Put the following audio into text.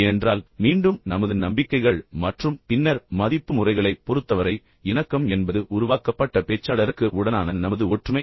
ஏனென்றால் மீண்டும் நமது நம்பிக்கைகள் மற்றும் பின்னர் மதிப்பு முறைகளைப் பொறுத்தவரை இணக்கம் என்பது உருவாக்கப்பட்ட பேச்சாளருக்கு உடனான நமது ஒற்றுமை